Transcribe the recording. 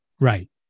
Right